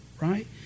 right